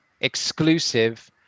exclusive